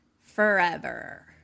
forever